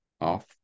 off